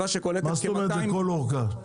מה זה אומר לכל אורכה?